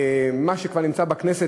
מה שכבר נמצא בכנסת,